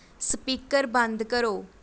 speaker ਬੰਦ ਕਰੋ